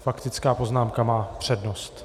Faktická poznámka má přednost.